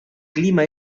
clima